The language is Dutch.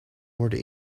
worden